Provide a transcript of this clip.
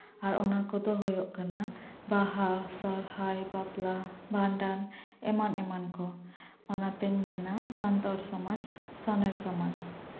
ᱟᱨ ᱚᱱᱟ ᱠᱚᱫᱚ ᱦᱳᱭᱳᱜ ᱠᱟᱱᱟ ᱵᱟᱦᱟ ᱥᱚᱦᱨᱟᱭ ᱵᱟᱯᱞᱟ ᱵᱷᱟᱱᱰᱟᱱ ᱮᱢᱟᱱ ᱮᱢᱟᱱ ᱠᱚ ᱚᱱᱟ ᱛᱤᱧ ᱢᱮᱱᱟ ᱥᱟᱱᱛᱟᱲ ᱥᱚᱢᱟᱡᱽ ᱥᱚᱱᱮᱨ ᱥᱚᱢᱟᱡᱽ